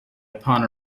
upon